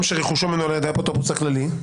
שרכושו מנוהל על ידי האפוטרופוס הכללי?